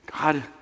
God